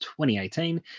2018